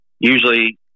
Usually